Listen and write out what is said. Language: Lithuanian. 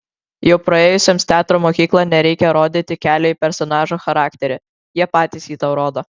jau praėjusiems teatro mokyklą nereikia rodyti kelio į personažo charakterį jie patys jį tau rodo